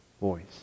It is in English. voice